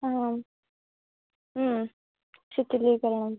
आम् शीतलीकरणं